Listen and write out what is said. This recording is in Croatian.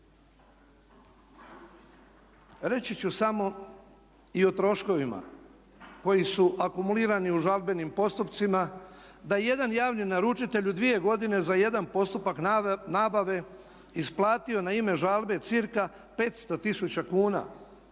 Reći ću samo i o troškovima koji su akumulirani u žalbenih postupcima da je jedan javni naručitelj u dvije godine za jedan postupak nabave isplatio na ime žalbe cca. 500 tisuća